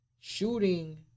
Shooting